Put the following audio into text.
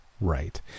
Right